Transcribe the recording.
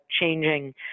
changing